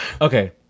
Okay